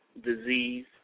disease